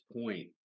point